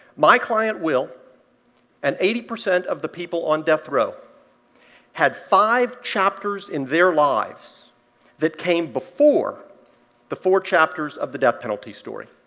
my client will and eighty percent of the people on death row had five chapters in their lives that came before the four chapters of the death penalty story.